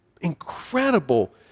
incredible